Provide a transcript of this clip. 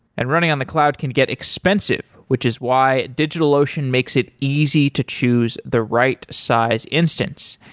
and running on the cloud can get expensive, which is why digitalocean makes it easy to choose the right size instance.